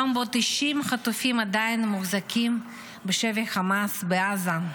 יום שבו 90 חטופים עדיין מוחזקים בשבי החמאס בעזה.